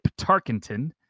Tarkenton